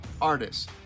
artists